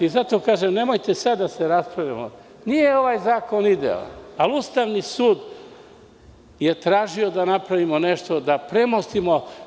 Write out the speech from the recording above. Zato vam kažem, nemojte sada da se raspravljamo, nije ovaj zakon idealan, ali Ustavni sud je tražio da napravimo nešto, da premostimo.